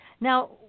Now